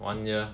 one year